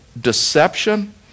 deception